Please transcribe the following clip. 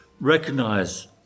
recognize